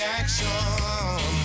action